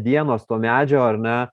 dienos to medžio ar ne